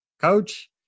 Coach